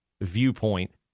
viewpoint